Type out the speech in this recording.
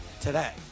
today